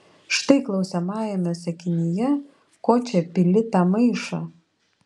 štai klausiamajame sakinyje ko čia pili tą maišą